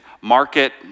market